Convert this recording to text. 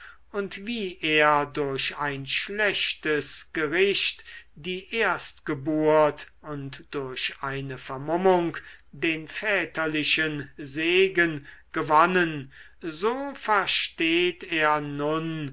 und wie er durch ein schlechtes gericht die erstgeburt und durch eine vermummung den väterlichen segen gewonnen so versteht er nun